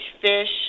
fish